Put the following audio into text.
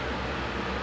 still